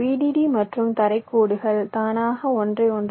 D மற்றும் தரை கோடுகள்ground lines தானாக ஒன்றை ஒன்று தொடும்